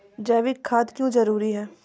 जैविक खाद क्यो जरूरी हैं?